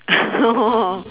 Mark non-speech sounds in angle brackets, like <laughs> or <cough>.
<laughs> oh